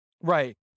Right